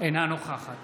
אינה נוכחת